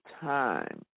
time